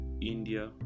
India